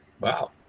Wow